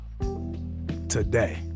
today